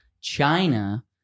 China